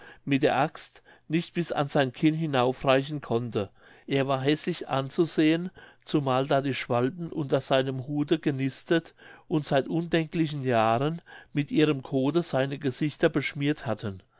mit der axt nicht bis an sein kinn hinauf reichen konnte er war häßlich anzusehen zumal da die schwalben unter seinem hute genistet und seit undenklichen jahren mit ihrem kothe seine gesichter beschmiert hatten